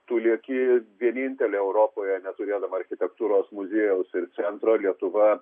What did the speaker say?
tu lieki vienintelė europoje neturėdama architektūros muziejaus ir centro lietuva